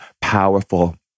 powerful